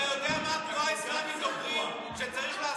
אתה יודע מה התנועה האסלאמית אומרת שצריך לעשות להומואים?